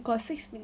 got six minute